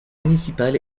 municipal